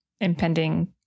impending